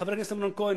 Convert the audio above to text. חבר הכנסת אמנון כהן,